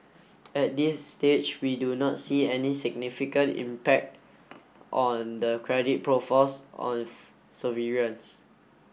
at this stage we do not see any significant impact on the credit profiles of sovereigns